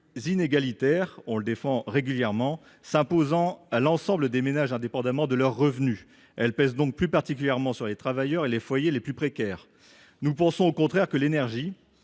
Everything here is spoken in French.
inégalitaires qui soient : elle est acquittée par l’ensemble des ménages, indépendamment de leurs revenus, et pèse donc plus particulièrement sur les travailleurs et sur les foyers les plus précaires. Nous pensons au contraire que l’énergie